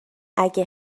اگه